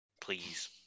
Please